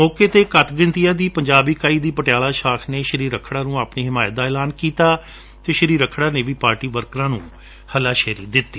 ਮੌਕੇ ਤੇ ਘੱਟ ਗਿਣਤੀਆ ਦੀ ਪੰਜਾਬ ਇਕਾਈ ਦੀ ਪਟਿਆਲਾ ਸ਼ਾਖ ਨੇ ਸੀ ਰੱਖੜਾ ਨੂੰ ਆਪਣੀ ਹਿਮਾਇਤ ਦਾ ਐਲਾਨ ਕੀਤਾ ਅਤੇ ਸ੍ਰੀ ਰੱਖੜਾ ਨੇ ਵੀ ਪਾਰਟੀ ਵਰਕਰਾਂ ਨੂੰ ਹੱਸਾ ਸ਼ੇਰੀ ਦਿੱਤੀ